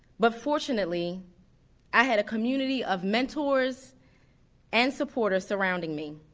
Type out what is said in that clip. but fortunately i had a community of mentors and supporters surrounding me.